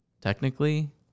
technically